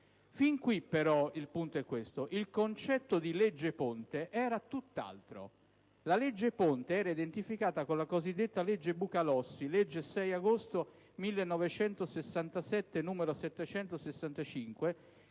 Fin qui - e il punto è questo - il concetto di legge ponte era tutt'altro: essa era identificata nella cosiddetta legge Bucalossi, legge 6 agosto 1967, n. 765,